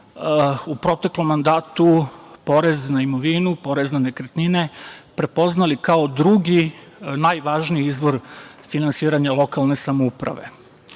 u proteklom mandatu porez na imovinu, porez na nekretnine prepoznali kao drugi najvažniji izvor finansiranja lokalne samouprave.